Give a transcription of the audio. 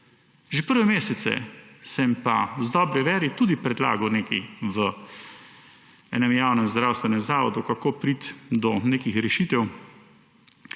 Že prve mesece sem pa v dobri veri tudi predlagal nekaj v enem javnem zdravstvenem zavodu, kako priti do nekih rešitev,